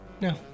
no